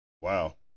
wow